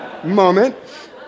moment